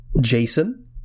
Jason